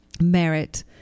merit